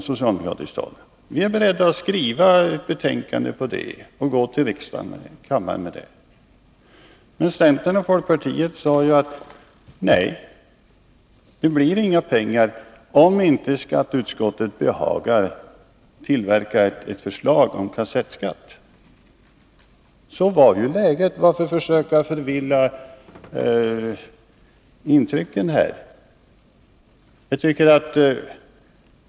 Vi är beredda att skriva ett betänkande om det och gå till kammaren med det. Men centern och folkpartiet sade: Nej, det blir inga pengar om inte skatteutskottet tillverkar ett förslag om kassettskatt. Så var läget. Varför försöka ge ett annat intryck här?